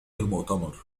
المؤتمر